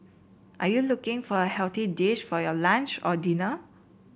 are you looking for a healthy dish for your lunch or dinner